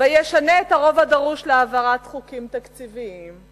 וישנה את הרוב הדרוש להעברת חוקים תקציביים.